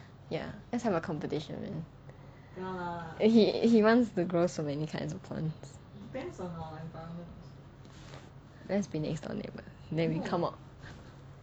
ya let's have a competition man he he wants to grow so many kinds of plants let's be next door neighbour then we come out